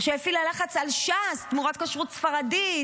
שהפעילה לחץ על ש"ס תמורת כשרות ספרדית.